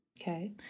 Okay